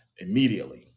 immediately